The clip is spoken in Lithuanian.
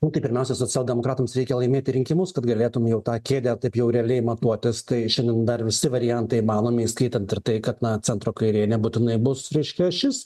na tai pirmiausia socialdemokratams reikia laimėti rinkimus kad galėtum jau tą kėdę taip jau realiai matuotis tai šiandien dar visi variantai įmanomi įskaitant ir tai kad na centro kairė nebūtinai bus reiškia ašis